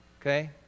Okay